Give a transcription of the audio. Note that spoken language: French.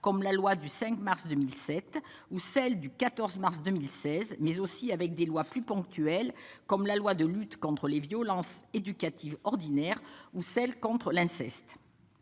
comme la loi du 5 mars 2007 ou celle du 14 mars 2016, mais aussi avec des lois plus ponctuelles, comme la loi de lutte contre les violences éducatives ordinaires ou celle contre l'inceste.